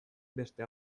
beste